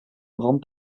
grand